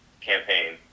campaign